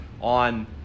on